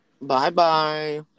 Bye-bye